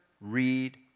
Read